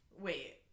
Wait